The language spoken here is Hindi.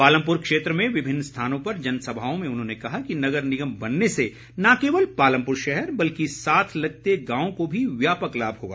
पालमपुर क्षेत्र में विभिन्न स्थानों पर जनसभाओं में उन्होंने कहा कि नगर निगम बनने से न केवल पालमप्र शहर बल्कि साथ लगते गांवों को भी व्यापक लाभ होगा